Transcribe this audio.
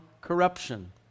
corruption